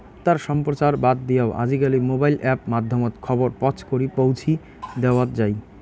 বেতার সম্প্রচার বাদ দিয়াও আজিকালি মোবাইল অ্যাপ মাধ্যমত খবর পছকরি পৌঁছি দ্যাওয়াৎ যাই